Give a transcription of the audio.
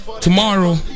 tomorrow